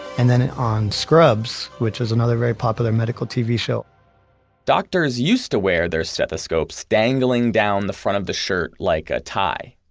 and then on scrubs, which is another very popular medical tv show doctors used to wear their stethoscopes dangling down the front of the shirt, like a tie,